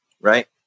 Right